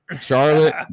Charlotte